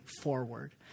forward